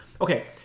Okay